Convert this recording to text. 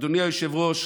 אדוני היושב-ראש,